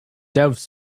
doves